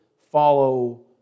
follow